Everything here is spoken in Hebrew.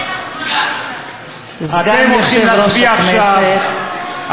סגן יושב-ראש הכנסת,